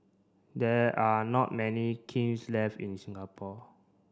there are not many kilns left in Singapore